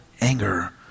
anger